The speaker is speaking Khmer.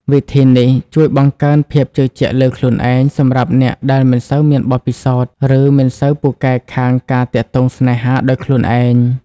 វិធីនេះជួយបង្កើនភាពជឿជាក់លើខ្លួនឯង សម្រាប់អ្នកដែលមិនសូវមានបទពិសោធន៍ ឬមិនសូវពូកែខាងការទាក់ទងស្នេហាដោយខ្លួនឯង។